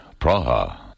Praha